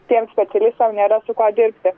tiem specialistam nėra su kuo dirbti